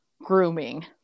grooming